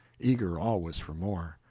eager always for more.